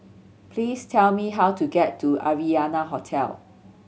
please tell me how to get to Arianna Hotel